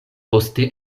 poste